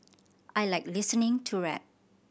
I like listening to rap